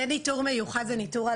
זה ניטור מיוחד, זה ניטור על